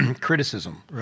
criticism